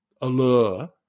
allure